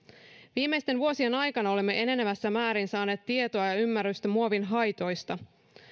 viimeisten vuosien aikana olemme enenevässä määrin saaneet tietoa ja ja ymmärrystä muovin haitoista